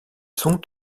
sont